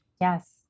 yes